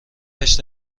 هشت